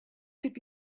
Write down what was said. could